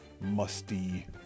musty